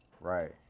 Right